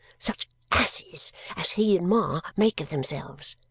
such asses as he and ma make of themselves!